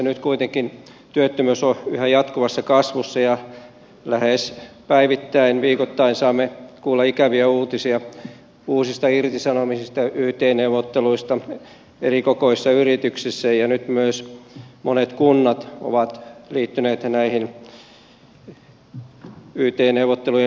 nyt kuitenkin työttömyys on yhä jatkuvassa kasvussa ja lähes päivittäin viikoittain saamme kuulla ikäviä uutisia uusista irtisanomisista yt neuvotteluista erikokoisissa yrityksissä ja nyt myös monet kunnat ovat liittyneet näiden yt neuvottelujen piiriin